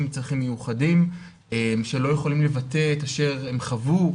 עם צרכים מיוחדים שלא יכולים לבטא את אשר הם חוו,